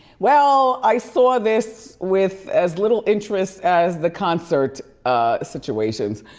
well, i saw this with as little interest as the concert situations.